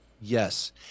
Yes